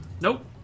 Nope